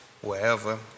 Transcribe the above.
wherever